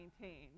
maintain